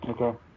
Okay